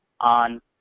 on